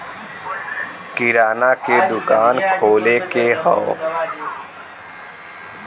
किराना के दुकान खोले के हौ